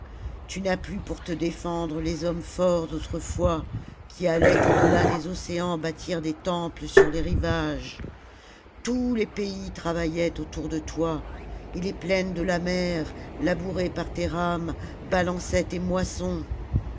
tu n'as plus pour te défendre les hommes forts d'autrefois qui allaient au delà des océans bâtir des temples sur les rivages tous les pays travaillaient autour de toi et les plaines de la mer labourées par tes rames balançaient tes moissons